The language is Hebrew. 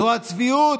זו הצביעות,